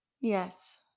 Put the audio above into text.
Yes